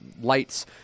lights